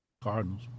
Cardinals